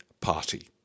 party